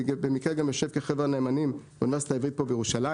אני במקרה גם יושב כחבר נאמנים באוניברסיטה העברית פה בירושלים.